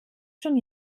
schon